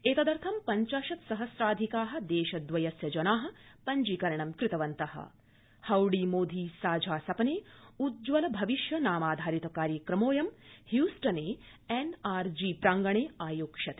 एतदर्थ पंचाशत् सहस्राधिका देशद्वयस्य जना पंजीकरणं कृतवन्त हाउडी साझा सपने उज्ज्वल भविष्य नामाधारित कार्यक्रमोज्यं मोदी ह्यूस्टने एनआरजी प्रांगणे आयोक्ष्यते